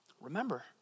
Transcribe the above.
Remember